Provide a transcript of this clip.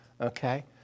Okay